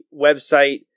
website